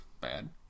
bad